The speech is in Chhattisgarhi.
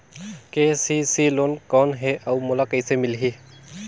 के.सी.सी लोन कौन हे अउ मोला कइसे मिलही?